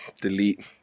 Delete